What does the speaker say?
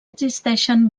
existeixen